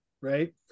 right